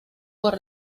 por